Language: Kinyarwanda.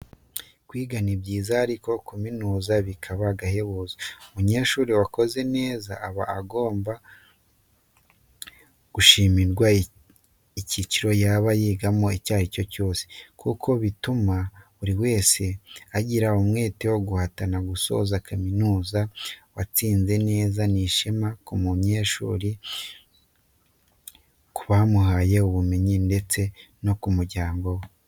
Kwiga ni byiza ariko kuminuza bikaba agahebuzo, umunyeshuri wakoze neza aba agomba gushimirwa icyiciro yaba yigamo icyo ari cyo cyose, kuko bituma buri wese agira umwete wo guhatana gusoza kaminuza watsinze neza ni ishema ku munyeshuri, ku bamuhaye ubumenyi, ndetse no kumuryango we.